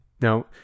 Now